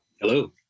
Hello